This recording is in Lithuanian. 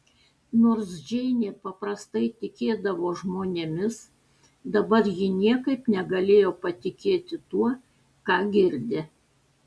nors džeinė paprastai tikėdavo žmonėmis dabar ji niekaip negalėjo patikėti tuo ką girdi